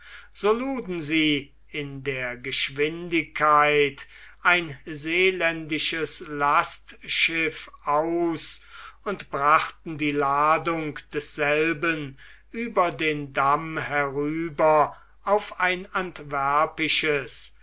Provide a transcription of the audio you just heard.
so luden sie in der geschwindigkeit ein seeländisches lastschiff aus und brachten die ladung desselben über den damm herüber auf ein antwerpisches